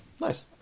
Nice